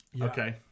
Okay